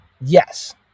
Yes